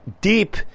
deep